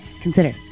consider